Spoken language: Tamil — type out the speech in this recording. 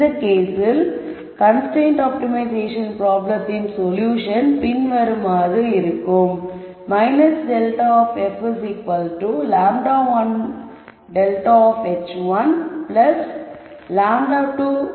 இந்த கேஸில் கன்ஸ்ரைன்ட் ஆப்டிமைசேஷன் பிராப்ளத்தின் சொல்யூஷன் பின்வருமாறு இருக்கும் ∇f λ 1 ∇of h1λ 2 ∇of h2